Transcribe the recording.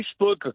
Facebook